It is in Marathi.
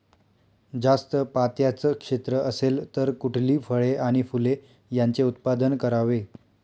जास्त पात्याचं क्षेत्र असेल तर कुठली फळे आणि फूले यांचे उत्पादन करावे?